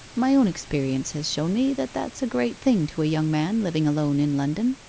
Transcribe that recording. my own experience has shown me that that's a great thing to a young man living alone in london